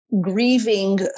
grieving